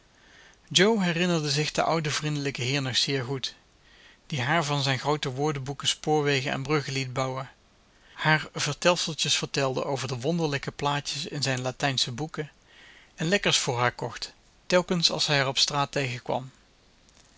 jo herinnerde zich den ouden vriendelijken heer nog zeer goed die haar van zijn groote woordenboeken spoorwegen en bruggen liet bouwen haar vertelseltjes vertelde over de wonderlijke plaatjes in zijn latijnsche boeken en lekkers voor haar kocht telkens als hij haar op straat tegenkwam